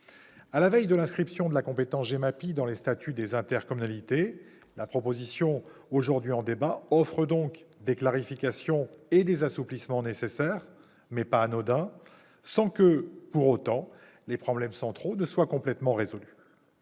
À la veille de l'inscription de la compétence GEMAPI dans les statuts des intercommunalités, la proposition de loi soumise à notre examen offre donc des clarifications et des assouplissements nécessaires, mais pas anodins, sans que les problèmes centraux soient pour autant complètement résolus.